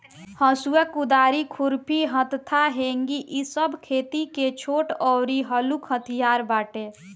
हसुआ, कुदारी, खुरपी, हत्था, हेंगी इ सब खेती के छोट अउरी हलुक हथियार बाटे